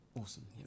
Awesome